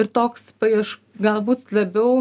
ir toks paieš galbūt labiau